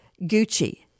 Gucci